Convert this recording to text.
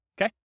Okay